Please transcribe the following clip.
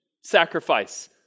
sacrifice